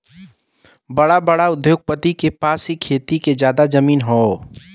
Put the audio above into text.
बड़ा बड़ा उद्योगपति के पास ही खेती के जादा जमीन हौ